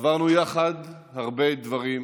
עברנו יחד הרבה דברים,